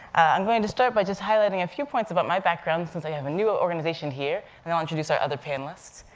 i'm going to start by just highlighting a few points about my background, since i have a new ah organization here, and then i'll introduce our other panelists.